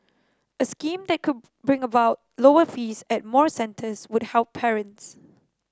a scheme that could bring about lower fees at more centres would help parents